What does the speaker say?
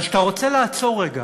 אבל כשאתה רוצה לעצור רגע